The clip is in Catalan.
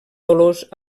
dolors